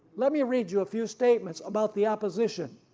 let me read you a few statements about the opposition,